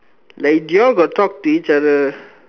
then you all got talk to each other